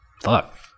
Fuck